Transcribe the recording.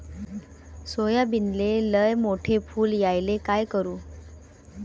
सोयाबीनले लयमोठे फुल यायले काय करू?